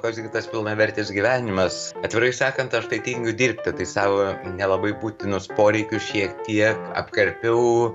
koks gi tas pilnavertis gyvenimas atvirai sakant aš tai tingiu dirbti tai savo nelabai būtinus poreikius šiek tiek apkarpiau